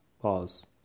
pause